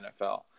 NFL